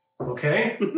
Okay